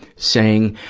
saying